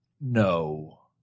No